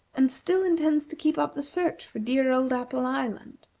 and still intends to keep up the search for dear old apple island.